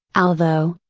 although,